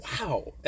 Wow